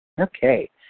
Okay